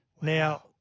Now